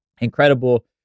incredible